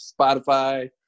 Spotify